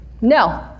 No